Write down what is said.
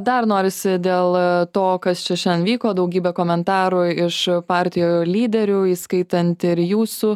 dar norisi dėl to kas čia šiandien vyko daugybė komentarų iš partijų lyderių įskaitant ir jūsų